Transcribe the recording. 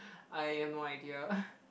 I have no idea